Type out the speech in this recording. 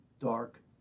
dark